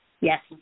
yes